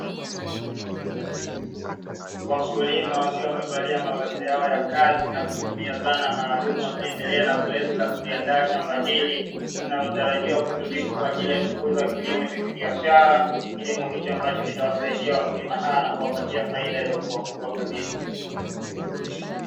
Wakulima wakiwa wamevalia mavazi yao ya kazi na kutumia zana maalumu wakiendelea na zoezi la kuliandaa shamba hili linalotarajiwa kutumika kwa ajili ya shughuli za kilimo cha kibiashara, kilimo hicho ambacho kitawasaidia wakulima hawa na kuwapatia faida iliyokuwa kubwa kabisa.